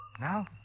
Now